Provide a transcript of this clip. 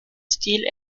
stil